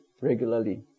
regularly